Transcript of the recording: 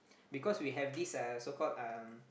because we have this uh so called um